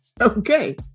Okay